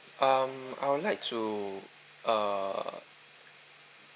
um I would like to uh